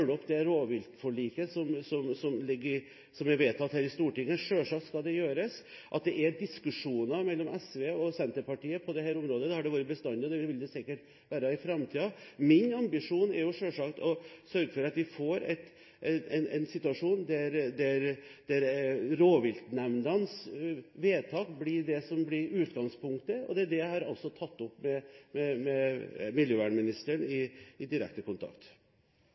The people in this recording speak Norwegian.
opp det rovviltforliket som er vedtatt her i Stortinget – selvsagt skal det gjøres. Det er diskusjoner mellom SV og Senterpartiet på dette området, det har det vært bestandig, og det vil det sikkert være i framtiden. Min ambisjon er selvsagt å sørge for at vi får en situasjon der rovviltnemndenes vedtak blir utgangspunktet. Det har jeg også tatt opp med miljøvernministeren i direkte kontakt. Det blir gitt anledning til tre oppfølgingsspørsmål – først Bjørn Lødemel. Statsråden sin kritikk av regjeringskollega Solheim på fylkesårsmøtet i Senterpartiet Nord-Trøndelag føyer seg inn i